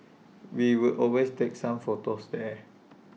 we would always take some photos there